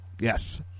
Yes